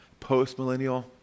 postmillennial